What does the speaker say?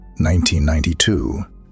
1992